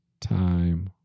time